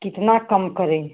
कितना कम करें